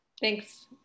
Thanks